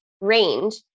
range